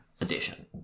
edition